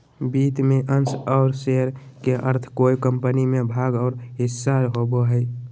वित्त में अंश और शेयर के अर्थ कोय कम्पनी में भाग और हिस्सा होबो हइ